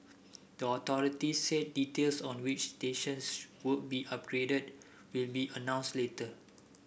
the authority said details on which stations would be upgraded will be announced later